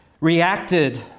reacted